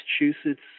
Massachusetts